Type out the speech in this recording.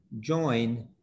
join